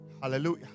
Hallelujah